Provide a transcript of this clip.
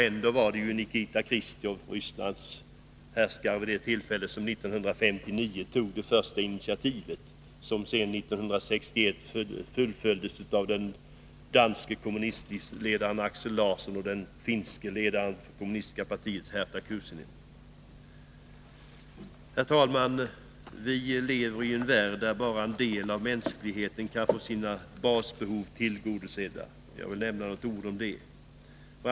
Ändå var det Nikita Chrustjov, Rysslands härskare vid det tillfället, som 1959 tog det första initiativet, vilket 1961 fullföljdes av den danska kommunistledaren Aksel Larsen och den finska ledaren för det kommunistiska partiet Hertta Kuusinen. Herr talman! Vi lever i en värld där bara en del av mänskligheten kan få sina basbehov tillgodosedda.